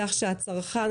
כך שהצרכן,